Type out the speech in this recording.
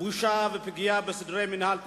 בושה ופגיעה בסדרי מינהל תקין,